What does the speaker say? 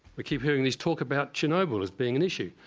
i keep hearing this talk about chernobyl as being an issue.